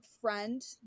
friend